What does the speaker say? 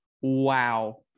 Wow